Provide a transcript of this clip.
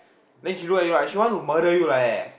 then she look at you like she wanna murder you like that